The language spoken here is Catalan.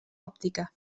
òptica